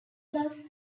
class